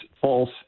false